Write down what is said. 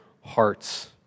hearts